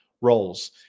roles